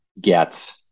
get